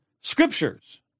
scriptures